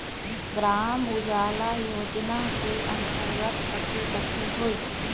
ग्राम उजाला योजना के अंतर्गत कथी कथी होई?